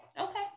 Okay